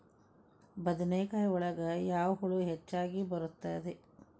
ಬದನೆಕಾಯಿ ಒಳಗೆ ಯಾವ ಹುಳ ಹೆಚ್ಚಾಗಿ ಬರುತ್ತದೆ?